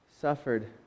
suffered